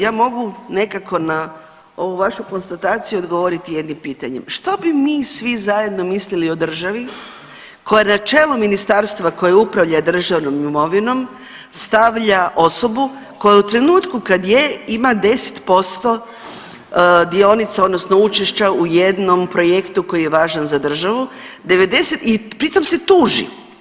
Ja mogu nekako na ovu vašu konstataciju odgovoriti jednim pitanjem, što bi mi svi zajedno mislili o državi koja na čelu ministarstva koje upravlja državnom imovinom stavlja osobu koja u trenutku kad je ima 10% dionica odnosno učešća u jednom projektu koji je važan za državu i pri tome se tuži.